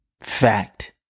Fact